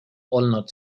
olnud